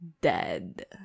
dead